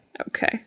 Okay